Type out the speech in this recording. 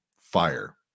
fire